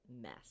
mess